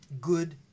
good